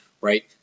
right